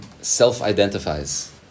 self-identifies